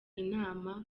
inama